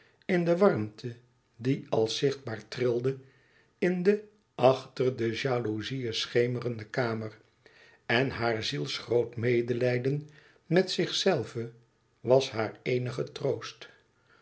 in de warmte die als zichtbaar trilde in de achter de jalouzieën schemerende kamer en haar zielsgroot medelijden met zichzelve was haar eenige troost